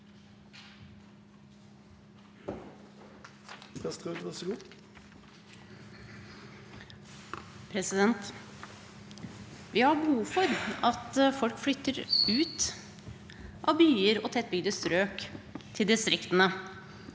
Vi har behov for at folk flytter ut av byer og tettbygde strøk til distriktene.